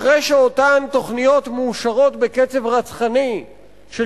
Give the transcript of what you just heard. אחרי שאותן תוכניות מאושרות בקצב רצחני של